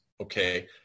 okay